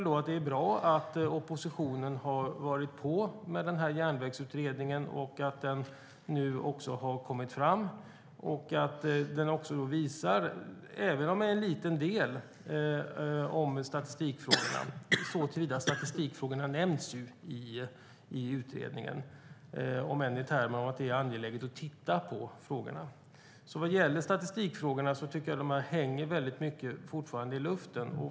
Det är bra att oppositionen har legat på om Järnvägsutredningen och att den nu också kommit fram. Även om det är en liten del om statistikfrågorna nämns statistikfrågorna i utredningen om än i termer om att det är angeläget att titta på frågorna. Vad gäller statistikfrågorna hänger de fortfarande väldigt mycket i luften.